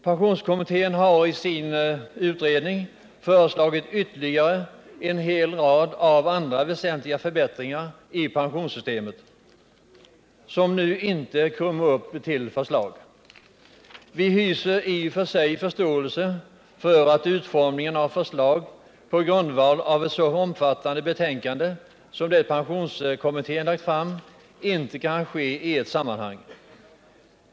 Pensionskommittén har i sin utredning föreslagit ytterligare en rad väsentliga förbättringar i pensionssystemet, som nu inte kommer upp till förslag. Vi hyser i och för sig förståelse för att utformningen av förslag på grundval av ett så omfattande betänkande som det pensionskommittén lagt fram inte kan ske i ett sammanhang.